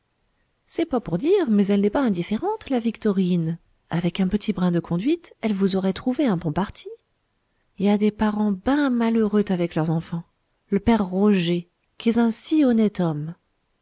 c'est pas pour dire mais elle n'est pas indifférente la victorine avec un petit brin de conduite elle vous aurait trouvé un bon parti y a des parents ben malheureux t avec leux enfants l'père roger quest z un si honnête homme